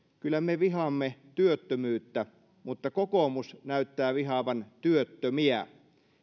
kyllä vihaamme työttömyyttä mutta kokoomus näyttää vihaavan työttömiä